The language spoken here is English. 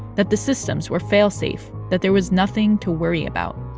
that the systems were fail-safe, that there was nothing to worry about.